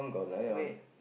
wait